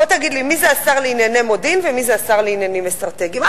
בוא תגיד לי מי זה השר לענייני מודיעין ומי זה השר לעניינים אסטרטגיים.